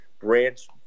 Branch